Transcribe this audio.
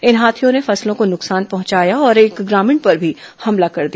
इन हाथियों ने फसलों को न्रकसान पहंचाया और एक ग्रामीण पर भी हमला कर दिया